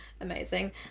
amazing